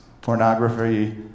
pornography